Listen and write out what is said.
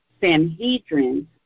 Sanhedrin